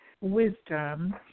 wisdom